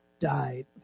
died